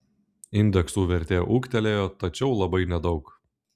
indeksų vertė ūgtelėjo tačiau labai nedaug